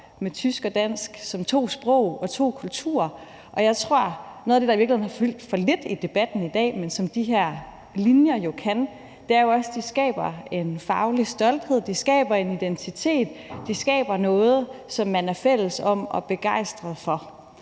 med tysk og dansk som to sprog og to kulturer. Jeg tror, at noget af det, der i virkeligheden har fyldt for lidt i debatten i dag, er det, som de her linjer jo kan, nemlig at skabe en faglig stolthed, at skabe en identitet, at skabe noget, som man er fælles om og begejstret for.